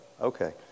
Okay